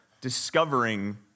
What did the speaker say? discovering